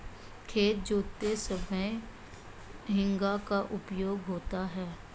खेत जोतते समय हेंगा का उपयोग होता है